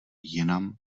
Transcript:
jinam